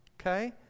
okay